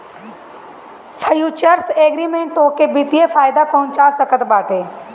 futures agreement तोहके वित्तीय फायदा पहुंचा सकत बाटे